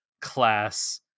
class